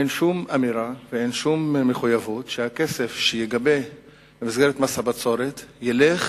אין שום אמירה ואין שום מחויבות שהכסף שייגבה במסגרת מס הבצורת ילך